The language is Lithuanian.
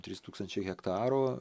trys tūkstančiai hektarų